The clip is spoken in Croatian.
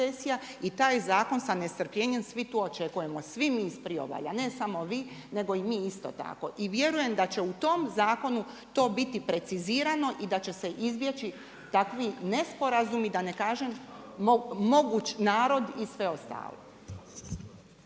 i taj zakon sa nestrpljenjem svi tu očekujemo, svi mi s priobalja, ne samo vi, nego i mi isto tako. I vjerujem da će u tom zakonu to biti precizirano i da će se izbjeći takvi nesporazumi, da ne kažem, moguć narod i sve ostalo.